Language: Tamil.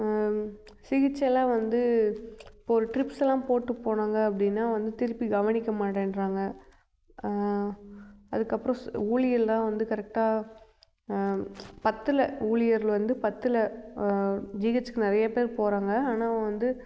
சிகிச்சை எல்லாம் வந்து இப்போது ட்ரிப்ஸுலாம் போட்டு போனாங்க அப்படின்னா வந்து திருப்பி கவனிக்க மாட்டேன்கிறாங்க அதுக்கப்றம் ஊழியெரெல்லாம் வந்து கரெக்டாக பத்தல ஊழியரில் வந்து பத்தல ஜிஹெச்சுக்கு நிறைய பேர் போகிறாங்க ஆனால் வந்து